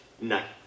night